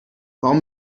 warum